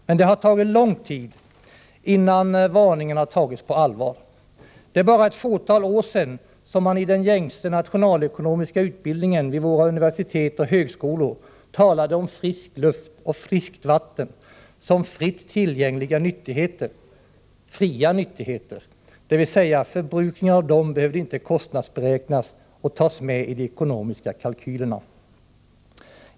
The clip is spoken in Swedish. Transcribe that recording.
Men det har tagit lång tid innan varningarna tagits på allvar. Det är bara ett fåtal år sedan som man i den gängse nationalekonomiska utbildningen vid våra universitet och högskolor talade om frisk luft och friskt vatten som fritt tillgängliga nyttigheter, fria nyttigheter, dvs. att förbrukningen av dem inte behövde kostnadsberäknas och tas med i de ekonomiska kalkylerna.